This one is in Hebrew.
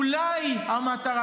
אולי המטרה,